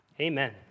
amen